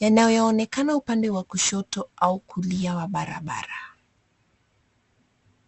yanayoonekana upande wa kushoto au kulia wa barabara.